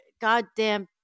goddamn